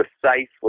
precisely